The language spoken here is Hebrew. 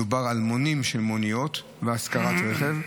מדובר על מונים של מוניות והשכרת רכב.